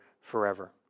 forever